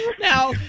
Now